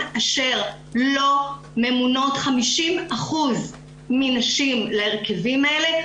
אשר לא ממונות 50% נשים להרכבים האלה,